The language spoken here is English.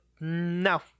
no